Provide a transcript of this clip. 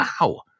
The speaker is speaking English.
Wow